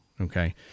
okay